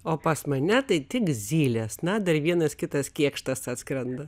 o pas mane tai tik zylės na dar vienas kitas kėkštas atskrenda